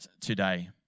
today